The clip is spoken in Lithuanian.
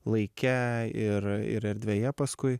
laike ir ir erdvėje paskui